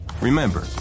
Remember